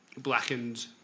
blackened